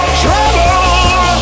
trouble